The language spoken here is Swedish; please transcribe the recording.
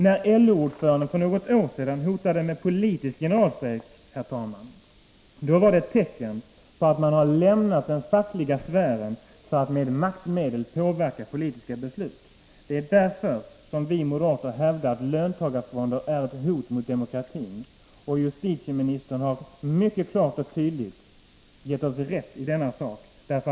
När LO-ordföranden för något år sedan hotade med politisk generalstrejk, herr talman, var det ett tecken på att man har lämnat den fackliga sfären för att i stället med maktmedel påverka politiska beslut. Det är därför som vi moderater hävdar att löntagarfonder är ett hot mot demokratin. Justitieministern har mycket klart och tydligt givit oss rätt i detta avseende.